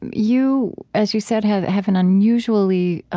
and you, as you said, have have an unusually